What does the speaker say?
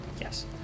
Yes